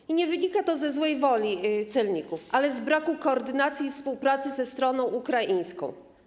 I nie wynika to ze złej woli celników, ale z braku koordynacji i współpracy ze stroną ukraińską.